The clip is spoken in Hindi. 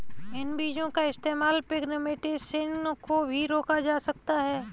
इन बीजो का इस्तेमाल पिग्मेंटेशन को भी रोका जा सकता है